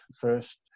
first